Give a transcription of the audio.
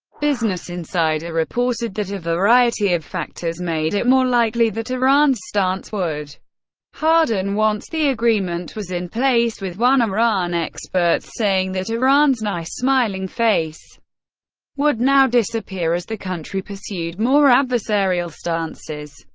business insider reported that a variety of factors made it more likely that iran's stance would harden once the agreement was in place, with one iran expert saying that iran's nice, smiling face would now disappear as the country pursued more adversarial stances,